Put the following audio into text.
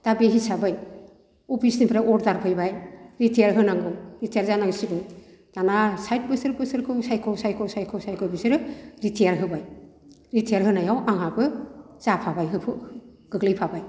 दा बे हिसाबै अफिसनिफ्राय अरदार फैबाय रिटियार होनांगौ रिटियार जानांसिगौ दाना साइथ बोसोर बोसोरखौ सायख' सायख' सायख' सायख' बिसोरो रिटियार होबाय रिटियार होनायाव आंहाबो जाफाबाय गोग्लैफाबाय